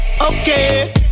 Okay